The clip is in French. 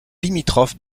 limitrophe